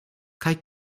kaj